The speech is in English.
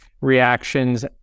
reactions